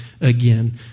again